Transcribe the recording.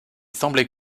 semblait